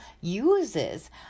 uses